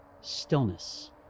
Stillness